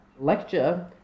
lecture